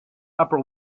upper